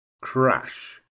Crash